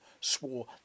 swore